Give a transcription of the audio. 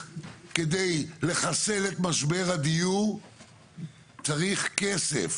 כדי לחסל את משבר הדיור צריך כסף